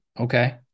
okay